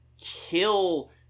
kill